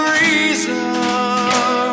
reason